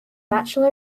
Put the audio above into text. bachelor